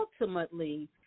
ultimately